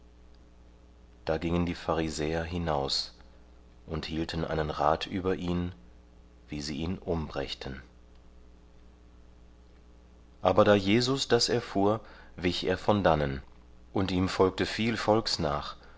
da gingen die pharisäer hinaus und hielten einen rat über ihn wie sie ihn umbrächten aber da jesus das erfuhr wich er von dannen und ihm folgte viel volks nach